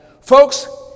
Folks